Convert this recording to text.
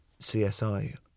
CSI